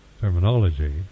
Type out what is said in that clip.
terminology